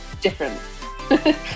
different